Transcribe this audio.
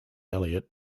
eliot